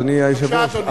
אדוני היושב-ראש,